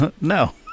No